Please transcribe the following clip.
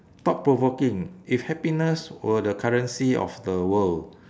thought provoking if happiness were the currency of the world